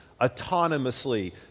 autonomously